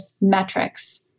metrics